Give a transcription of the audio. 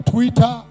Twitter